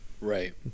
right